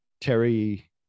Terry